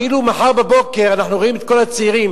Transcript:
כאילו מחר בבוקר אנחנו רואים את כל הצעירים